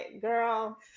girl